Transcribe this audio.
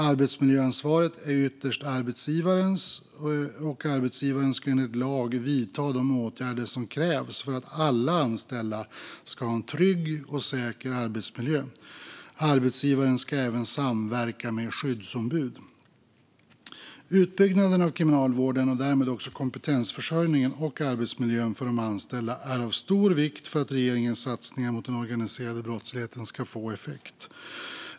Arbetsmiljöansvaret är ytterst arbetsgivarens, och arbetsgivaren ska enligt lag vidta de åtgärder som krävs för att alla anställda ska ha en trygg och säker arbetsmiljö. Arbetsgivaren ska även samverka med skyddsombud. Utbyggnaden av Kriminalvården och därmed också kompetensförsörjningen och arbetsmiljön för de anställda är av stor vikt för att regeringens satsningar mot den organiserade brottsligheten ska få effekt.